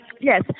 yes